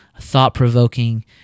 thought-provoking